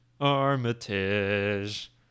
Armitage